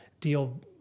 deal-